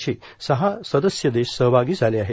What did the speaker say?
चे सहा सदस्य देश सहभागी झाले आहेत